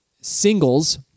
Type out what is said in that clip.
singles